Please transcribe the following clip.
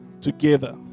together